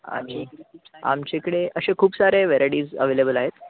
आणि आमच्या इकडे असे खूप साऱ्या व्हेरायडीज अव्हेलेबल आहेत